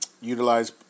utilize